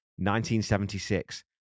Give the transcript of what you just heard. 1976